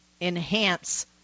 enhance